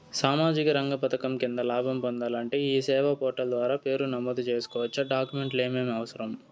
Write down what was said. సామాజిక రంగ పథకం కింద లాభం పొందాలంటే ఈ సేవా పోర్టల్ ద్వారా పేరు నమోదు సేసుకోవచ్చా? డాక్యుమెంట్లు ఏమేమి అవసరం?